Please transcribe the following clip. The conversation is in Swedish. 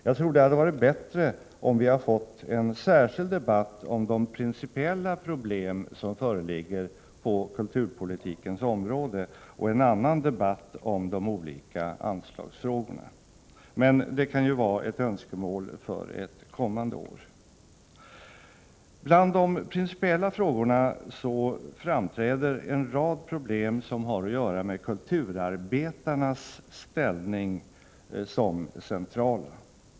Jag tror att det hade varit bättre om vi fått en särskild debatt om de principiella problem som föreligger på kulturpolitikens område och en annan debatt om de olika anslagsfrågorna. Men det kan vara ett önskemål för ett kommande år. Bland de principiella frågorna framträder en rad problem som har att göra med kulturarbetarnas centrala ställning.